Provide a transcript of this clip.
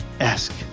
Ask